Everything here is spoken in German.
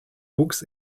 wuchs